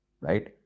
right